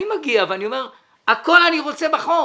אני מגיע ואומר: אני רוצה את הכול בחוק.